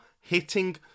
hitting